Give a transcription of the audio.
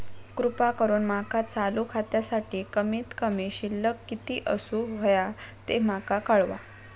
कृपा करून माका चालू खात्यासाठी कमित कमी शिल्लक किती असूक होया ते माका कळवा